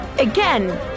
Again